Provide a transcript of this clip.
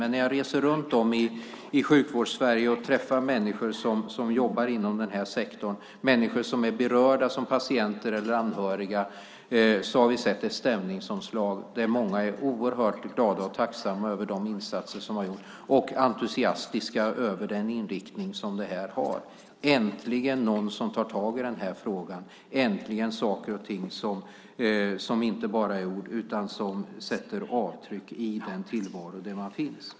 Men när jag reser runt i Sjukvårdssverige och träffar människor som jobbar inom den här sektorn och människor som är berörda som patienter eller anhöriga har vi sett ett stämningsomslag. Många är oerhört glada och tacksamma över de insatser som har gjorts och entusiastiska över den inriktning som det här har. Det är äntligen någon som tar tag i den här frågan. Äntligen är det saker och ting som inte bara är ord utan som sätter avtryck i den tillvaro där man finns.